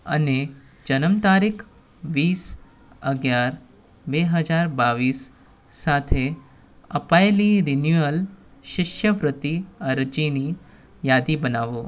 અને જનમ તારીખ વીસ અગિયાર બે હજાર બાવીસ સાથે અપાયેલી રિન્યૂઅલ શિષ્યવૃત્તિ અરજીની યાદી બનાવો